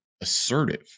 assertive